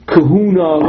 Kahuna